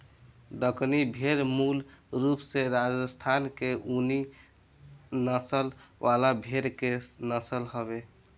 दक्कनी भेड़ मूल रूप से राजस्थान के ऊनी नस्ल वाला भेड़ के नस्ल हवे